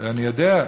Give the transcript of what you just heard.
אני יודע.